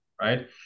right